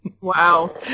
Wow